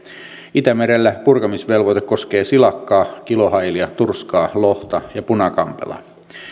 itämerellä purkamisvelvoite koskee silakkaa kilohailia turskaa lohta ja punakampelaa